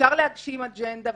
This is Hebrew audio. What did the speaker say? אפשר להגשים אג'נדה,